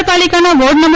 નગરપાલિકાના વોર્ડ નં